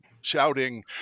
shouting